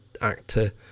Actor